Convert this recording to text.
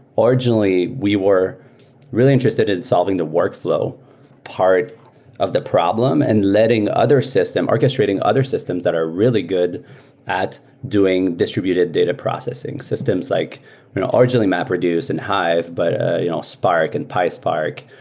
ah originally, we were really interested in solving the workflow part of the problem and letting other system, orchestrating other systems that are really good at doing distributed data processing, systems like ah originally mapreduce and hive, but ah you know spark and pyspark,